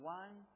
one